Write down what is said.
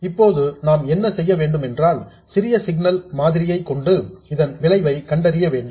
இப்போது நாம் என்ன செய்ய வேண்டும் என்றால் சிறிய சிக்னல் மாதிரியைக் கொண்டு இதன் விளைவை கண்டறிய வேண்டும்